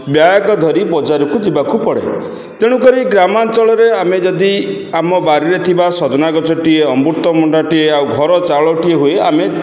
bag ଧରି ବଜାରକୁ ଯିବାକୁ ପଡ଼େ ତେଣୁକରି ଗ୍ରାମାଞ୍ଚଳରେ ଆମେ ଯଦି ଆମ ବାରିରେ ଥିବା ସଜନା ଗଛଟିଏ ଅମୃତଭଣ୍ଡାଟିଏ ଆଉ ଘର ଚାଉଳଟିଏ ହୁଏ ଆମେ